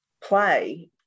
play